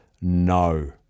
No